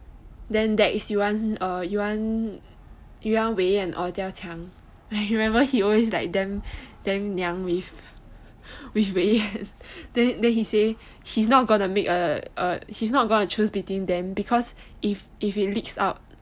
then dex uh you want you want wei yan or jia qiang remember he always like damn 娘 with wei yan then he say not going I not going to choose between them because if it leaks out